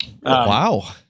Wow